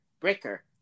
Breaker